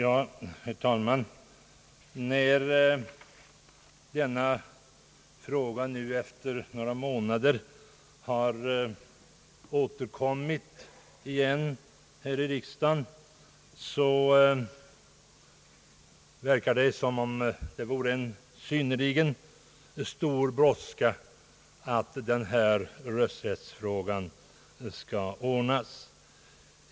Herr talman! När denna fråga nu efter några månader har kommit igen här i riksdagen verkar det som om det vore en synnerligen stor brådska att komma fram till en lösning.